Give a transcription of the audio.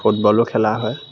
ফুটবলো খেলা হয়